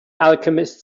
alchemist